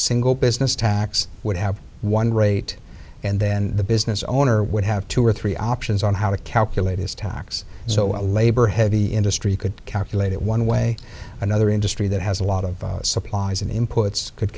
single business tax would have one rate and then the business owner would have two or three options on how to calculate his tax so a labor heavy industry could calculate it one way or another industry that has a lot of supplies and imports could